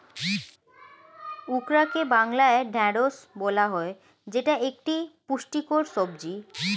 ওকরাকে বাংলায় ঢ্যাঁড়স বলা হয় যেটা একটি পুষ্টিকর সবজি